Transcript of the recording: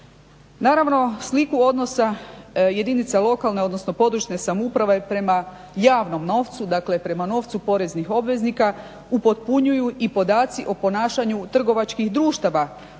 Naravno, sliku odnosa jedinica lokalne odnosno područne samouprave prema javnom novcu, dakle prema novcu poreznih obveznika upotpunjuju i podaci o ponašanju trgovačkih društava